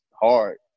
hard